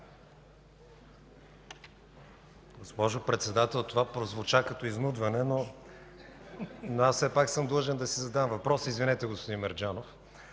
Госпожо Председател, това прозвуча като изнудване, но аз все пак съм длъжен да си задам въпроса. Извинете, господин Мерджанов.